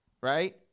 Right